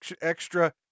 extra